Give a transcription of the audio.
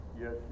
yes